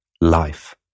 life